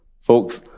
Folks